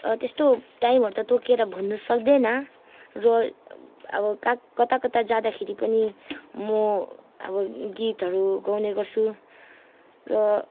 त्यस्तो टाइमहरू त तोकेर भन्नु सक्दैन र अब कता कता जाँदाखेरि पनि म अब गीतहरू गाउने गर्छु र